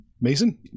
Mason